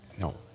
No